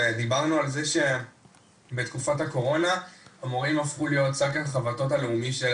ודיברנו על זה שבתקופת הקורונה המורים הפכו להיות שק החבטות הלאומי.